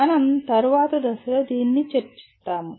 మనం తరువాత దశలో దీనిని చర్చిస్తాము